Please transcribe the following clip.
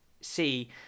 see